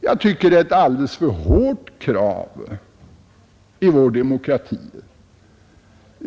Jag tycker det är ett alldeles för hårt krav i vår demokrati.